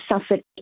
suffered